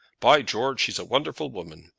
by george! she's a wonderful woman.